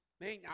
man